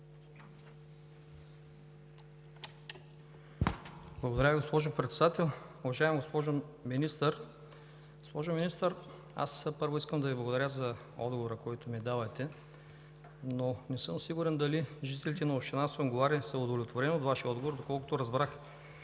Благодаря, госпожо Председател. Уважаема госпожо Министър, аз първо искам да Ви благодаря за отговора, който ми давате, но не съм сигурен дали жителите на община Сунгурларе са удовлетворени от Вашия отговор. Доколкото разбрах,